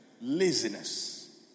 Laziness